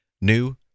new